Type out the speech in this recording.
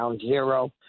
zero